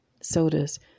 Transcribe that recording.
sodas